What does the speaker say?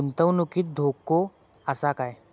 गुंतवणुकीत धोको आसा काय?